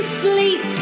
sleep